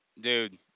Dude